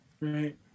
right